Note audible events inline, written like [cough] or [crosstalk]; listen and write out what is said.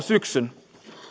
[unintelligible] syksyn